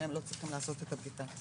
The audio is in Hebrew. שהם לא צריכים לעשות את הבדיקה.